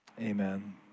Amen